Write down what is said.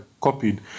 copied